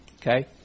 Okay